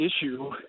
issue